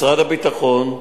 משרד הביטחון,